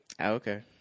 Okay